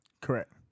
correct